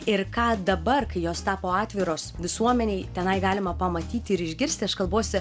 ir ką dabar kai jos tapo atviros visuomenei tenai galima pamatyti ir išgirsti kalbuosi